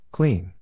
Clean